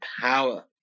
power